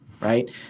right